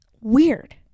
Weird